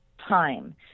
time